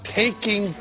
taking